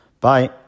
Bye